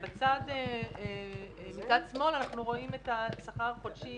ומצד שמאל אנחנו רואים את השכר החודשי